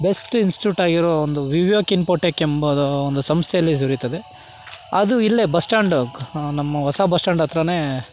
best institute ಆಗಿರೋ ಒಂದು ವಿವೇಕ್ ಇನ್ಫೋಟೆಕ್ ಎಂಬ ಒಂದು ಸಂಸ್ಥೆಯಲ್ಲಿ ದೊರಿತ್ತದೆ ಅದು ಇಲ್ಲೇ ಬಸ್ಸ್ಟಾಂಡ್ ನಮ್ಮ ಹೊಸ ಬಸ್ಟ್ಯಾಂಡ್ ಹತ್ತಿರನೇ